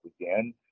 again